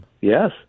Yes